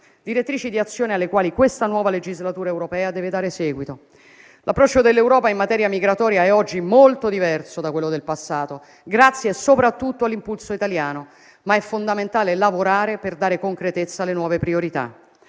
direttrici di azione alle quali questa nuova legislatura europea deve dare seguito. L'approccio dell'Europa in materia migratoria è oggi molto diverso da quello del passato, grazie soprattutto all'impulso italiano, ma è fondamentale lavorare per dare concretezza alle nuove priorità.